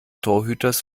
torhüters